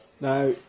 Now